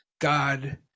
God